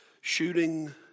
Shooting